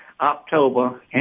October